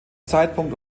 zeitpunkt